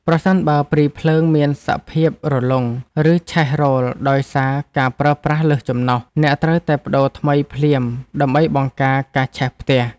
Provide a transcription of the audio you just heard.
ប្រសិនបើព្រីភ្លើងមានសភាពរលុង ឬឆេះរោលដោយសារការប្រើប្រាស់លើសចំណុះ អ្នកត្រូវតែប្តូរថ្មីភ្លាមដើម្បីបង្ការការឆេះផ្ទះ។